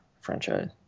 franchise